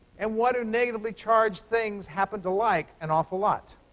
and what do negatively-charged things happen to like an awful lot?